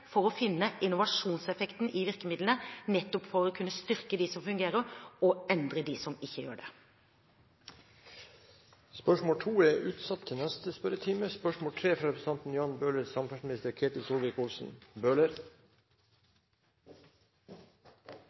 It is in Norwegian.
for å finne innovasjonseffekten i virkemidlene, nettopp for å kunne styrke dem som fungerer, og endre dem som ikke gjør det. Dette spørsmålet er utsatt til neste spørretime,